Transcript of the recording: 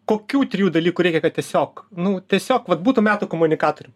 kokių trijų dalykų reikia kad tiesiog nu tiesiog vat būtų metų komunikatorium